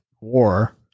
war